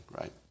right